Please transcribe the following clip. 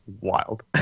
wild